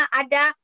ada